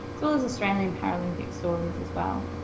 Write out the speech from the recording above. so there's australian paralympic stories as well.